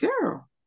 girl